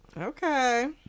okay